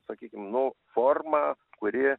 sakykim nu formą kuri